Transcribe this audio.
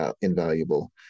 invaluable